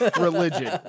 religion